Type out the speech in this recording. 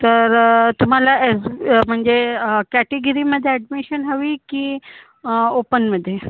तर तुम्हाला एफ म्हणजे कॅटीगिरीमध्ये ॲडमिशन हवी की ओपनमध्ये